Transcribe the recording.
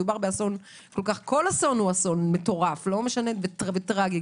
כל אסון הוא מטורף וטראגי.